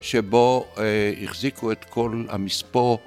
שבו החזיקו את כל המספוא